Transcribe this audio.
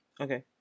okay